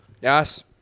Yes